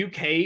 UK